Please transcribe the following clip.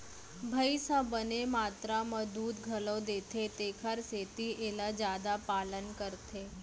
भईंस ह बने मातरा म दूद घलौ देथे तेकर सेती एला जादा पालन करथे